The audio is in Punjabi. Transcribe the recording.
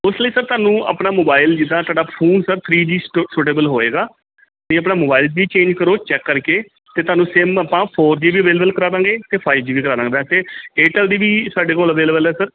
ਉਸ ਲਈ ਸਰ ਤੁਹਾਨੂੰ ਆਪਣਾ ਮੋਬਾਈਲ ਜਿੱਦਾਂ ਤੁਹਾਡਾ ਫੋਨ ਸਰ ਥਰੀ ਜੀ ਸਟ ਸੂਟੇਬਲ ਹੋਏਗਾ ਅਤੇ ਆਪਣਾ ਮੋਬਾਈਲ ਵੀ ਚੇਂਜ ਕਰੋ ਚੈੱਕ ਕਰਕੇ ਅਤੇ ਤੁਹਾਨੂੰ ਸਿੰਮ ਆਪਾਂ ਫੋਰ ਜੀ ਵੀ ਅਵੇਲਬਲ ਕਰਾ ਦਾਂਗੇ ਅਤੇ ਫਾਇਵ ਜੀ ਵੀ ਕਰਾ ਦਾਂਗੇ ਵੈਸੇ ਏਅਰਟੈਲ ਦੀ ਵੀ ਸਾਡੇ ਕੋਲ ਅਵੇਲੇਬਲ ਹੈ ਸਰ